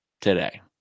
today